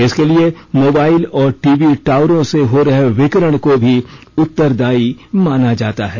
इसके लिए मोबाइल और टीवी टावरों से हो रहे विकिरण को भी उत्तरदायी माना जाता है